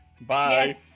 bye